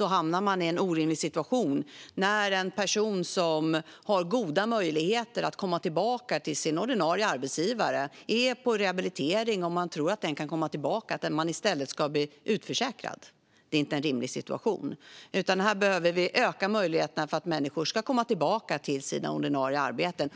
hamnar man i en orimlig situation när en person som har goda möjligheter att komma tillbaka till sin ordinarie arbetsgivare, och genomgår rehabilitering, i stället ska bli utförsäkrad. Det är inte en rimlig situation. Här behöver vi öka möjligheterna för människor att komma tillbaka till sina ordinarie arbeten.